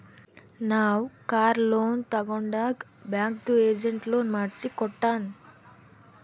ನಾವ್ car loan ತಗೊಂಡಾಗ್ ಬ್ಯಾಂಕ್ದು ಏಜೆಂಟ್ ಲೋನ್ ಮಾಡ್ಸಿ ಕೊಟ್ಟಾನ್